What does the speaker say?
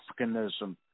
Africanism